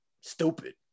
stupid